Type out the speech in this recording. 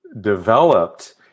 developed